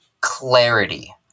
clarity